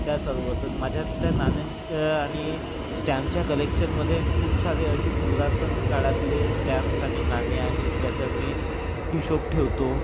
त्या सर्व तर माझ्या तिथं नाण्यांचं आणि स्टॅम्पच्या कलेक्शनमध्ये खूप सारे असे पुरातन काळातले स्टॅम्पस् आणि नाणी आहेत ज्याचा मी हिशोब ठेवतो